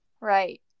Right